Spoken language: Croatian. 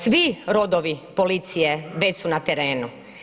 Svi rodovi policije već su na terenu.